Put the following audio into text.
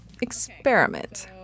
experiment